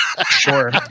Sure